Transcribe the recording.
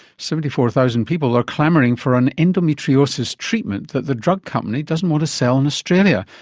seventy four thousand people are clamouring for an endometriosis treatment that the drug company doesn't want to sell in australia,